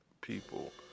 people